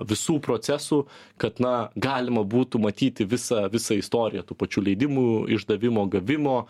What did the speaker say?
visų procesų kad na galima būtų matyti visą visą istoriją tų pačių leidimų išdavimo gavimo